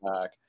back